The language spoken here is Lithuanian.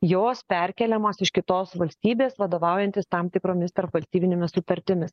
jos perkeliamos iš kitos valstybės vadovaujantis tam tikromis tarpvalstybinėmis sutartimis